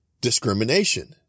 discrimination